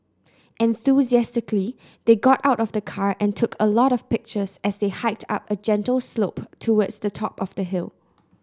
enthusiastically they got out of the car and took a lot of pictures as they hiked up a gentle slope towards the top of the hill